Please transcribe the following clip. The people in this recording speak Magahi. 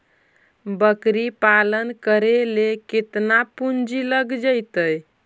बकरी पालन करे ल केतना पुंजी लग जितै?